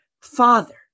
father